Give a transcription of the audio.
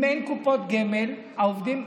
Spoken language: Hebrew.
אם אין קופות גמל לעובדים,